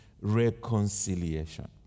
reconciliation